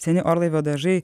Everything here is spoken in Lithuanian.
seni orlaivio dažai